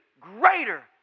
greater